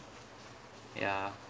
ya